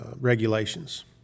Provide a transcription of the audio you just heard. regulations